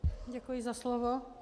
Děkuji za slovo.